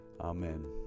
Amen